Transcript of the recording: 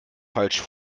falsch